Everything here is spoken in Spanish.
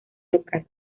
local